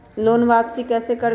Loan वापसी कैसे करबी?